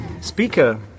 speaker